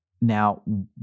Now